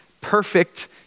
perfect